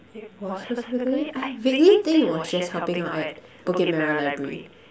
it was specifically I vaguely think it was just helping out at bukit-merah library